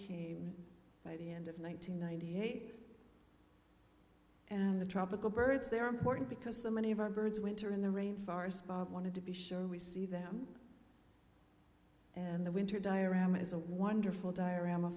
came by the end of one nine hundred ninety eight and the tropical birds there are important because so many of our birds winter in the rain forest bob wanted to be sure we see them and the winter dyer around is a wonderful dyer am a